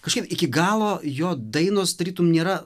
kažkaip iki galo jo dainos tarytum nėra